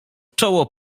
czoło